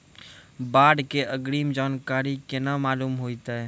बाढ़ के अग्रिम जानकारी केना मालूम होइतै?